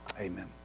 amen